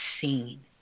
seen